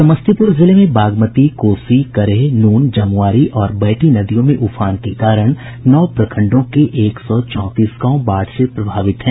समस्तीपुर जिले में बागमती कोसी करेह नून जमुआरी और बैती नदियों में उफान के कारण नौ प्रखंडों के एक सौ चौतीस गांव बाढ़ से प्रभावित हैं